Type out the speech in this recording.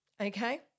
okay